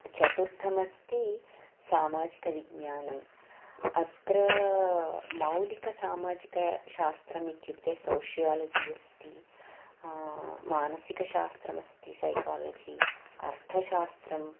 चतुर्थमस्ति सामाजिकविज्ञानम् अत्र मौलिकसामाजिकशास्त्रम् इत्युक्ते सोशियालजि अस्ति मानसिकशास्त्रमस्ति सैकालजि अर्थशास्त्रं